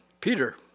Peter